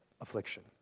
affliction